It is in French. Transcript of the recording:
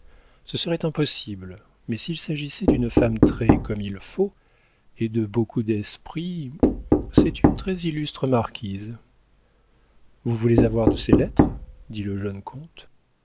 ce serait impossible mais s'il s'agissait d'une femme très comme il faut et de beaucoup d'esprit c'est une très illustre marquise vous voulez avoir de ses lettres dit le jeune comte